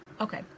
okay